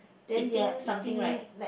eating something right